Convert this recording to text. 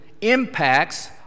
impacts